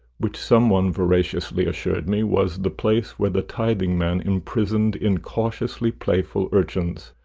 which some one veraciously assured me was the place where the tithingman imprisoned incautiously playful urchins.